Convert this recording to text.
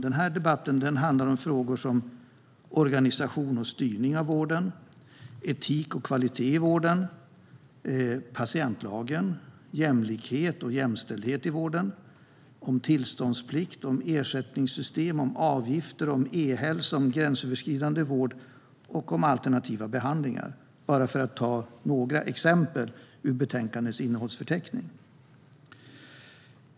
Den här debatten handlar om frågor som organisation och styrning av vården, etik och kvalitet i vården, patientlagen, jämlikhet och jämställdhet i vården, tillståndsplikt, ersättningssystem, avgifter, e-hälsa, gränsöverskridande vård och alternativa behandlingar - för att bara ta några exempel ur betänkandets innehållsförteckning.